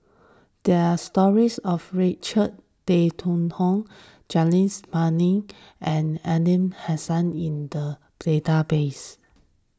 there are stories of Richard Tay Tian Hoe Janadas Devan and Aliman Hassan in the database